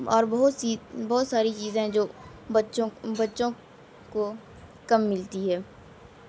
اور بہت سی بہت ساری چیزیں جو بچوں بچوں کو کم ملتی ہے